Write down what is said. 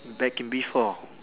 back in B four